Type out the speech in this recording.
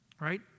Right